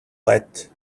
let